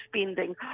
spending